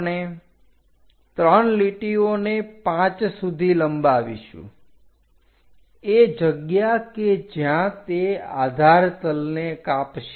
આપણે 3 લીટીઓને 5 સુધી લંબાવીશું એ જગ્યા કે જ્યાં તે આધાર તલને કાપશે